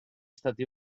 stati